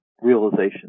realization